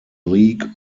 league